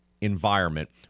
environment